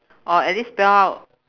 or at least spell out